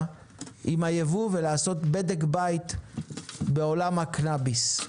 עם הייבוא ולעשות בדק בית בעולם הקנאביס.